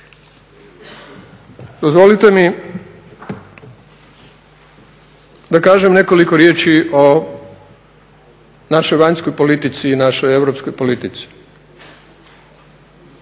Dozvolite mi da kažem nekoliko riječi o našoj vanjskoj politici i našoj europskoj politici.